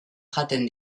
jaten